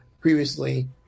previously